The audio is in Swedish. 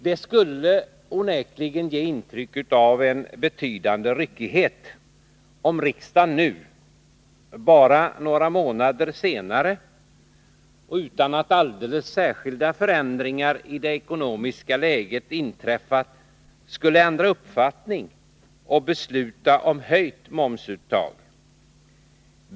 Det skulle onekligen ge ett intryck av betydande ryckighet om riksdagen nu, bara några månader senare — och utan att alldeles särskilda förändringar i det ekonomiska läget inträffat —, skulle ändra uppfattning och besluta om höjt momsuttag.